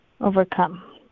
overcome